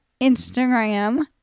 Instagram